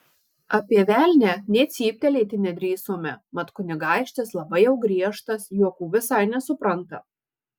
apie velnią nė cyptelėti nedrįsome mat kunigaikštis labai jau griežtas juokų visai nesupranta